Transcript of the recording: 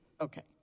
Okay